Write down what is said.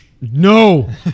No